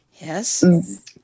Yes